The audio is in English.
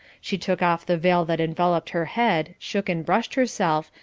she took off the veil that enveloped her head, shook and brushed herself,